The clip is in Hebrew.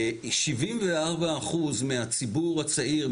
שבעים וארבעה אחוז מהציבור הצעיר,